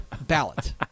ballot